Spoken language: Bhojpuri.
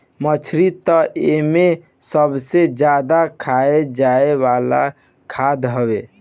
मछरी तअ एमे सबसे ज्यादा खाए जाए वाला खाद्य हवे